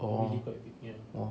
orh orh